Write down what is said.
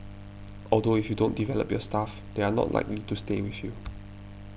although if you don't develop your staff they are not likely to stay with you